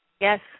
Yes